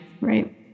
Right